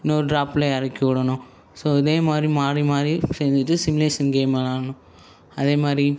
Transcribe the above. இன்னொரு ட்ராப்பில் இறக்கி விடணும் ஸோ இதே மாதிரி மாறி மாறி செஞ்சுட்டு சிமுலேஷன் கேம் விளையாட்ணும் அதே மாதிரி